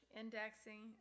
indexing